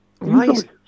Right